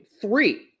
Three